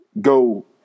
go